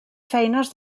feines